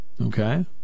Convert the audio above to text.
Okay